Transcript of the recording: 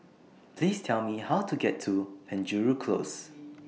Please Tell Me How to get to Penjuru Close